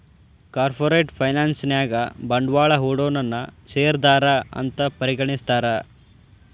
corporate finance ನ್ಯಾಗ ಬಂಡ್ವಾಳಾ ಹೂಡೊನನ್ನ ಶೇರ್ದಾರಾ ಅಂತ್ ಪರಿಗಣಿಸ್ತಾರ